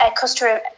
customer